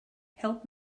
help